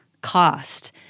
cost